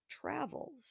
travels